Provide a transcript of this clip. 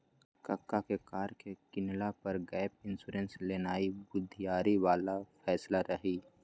कक्का के कार के किनला पर गैप इंश्योरेंस लेनाइ बुधियारी बला फैसला रहइ